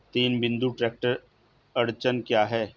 तीन बिंदु ट्रैक्टर अड़चन क्या है?